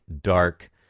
dark